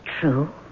true